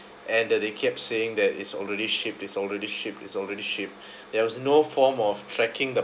and that they kept saying that it's already shipped it's already shipped it's already shipped there was no form of tracking the